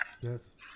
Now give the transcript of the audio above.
Yes